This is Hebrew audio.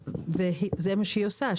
וזה מה שהיא עושה.